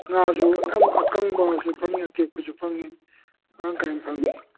ꯉꯥꯁꯨ ꯌꯥꯝ ꯑꯀꯪꯕꯁꯨ ꯐꯪꯉꯤ ꯑꯇꯦꯛꯄꯁꯨ ꯐꯪꯉꯤ ꯃꯔꯥꯡ ꯀꯥꯏꯅ ꯐꯪꯉꯤ